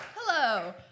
Hello